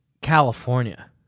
California